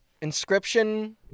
Inscription